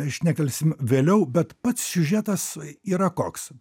šnektelsim vėliau bet pats siužetas yra koks